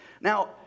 Now